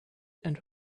and